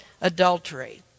adultery